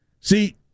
See